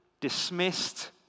dismissed